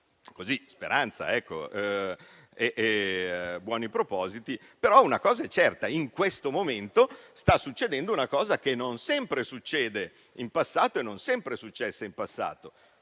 così speranza, buoni propositi, ma una cosa è certa: in questo momento sta succedendo una cosa che non sempre succede e non è sempre successa in passato.